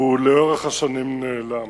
ולאורך השנים הוא נעלם.